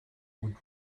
would